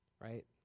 Right